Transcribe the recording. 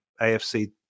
afc